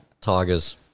Tigers